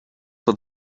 for